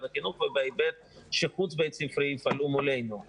החינוך ובהיבט שהוא חוץ בית ספרי יפעלו מולנו.